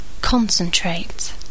Concentrate